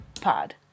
pod